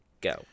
Go